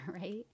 right